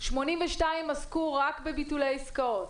ברור, 82% עסקו רק בביטולי עסקאות.